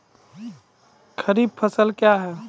खरीफ फसल क्या हैं?